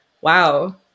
Wow